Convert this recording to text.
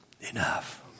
enough